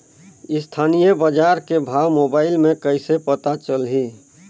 स्थानीय बजार के भाव मोबाइल मे कइसे पता चलही?